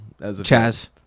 Chaz